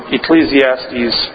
Ecclesiastes